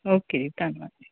okay ਜੀ ਧੰਨਵਾਦ